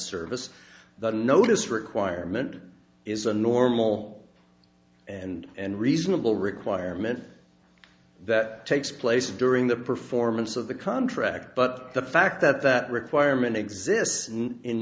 service the notice requirement is a normal and reasonable requirement that takes place during the performance of the contract but the fact that that requirement exist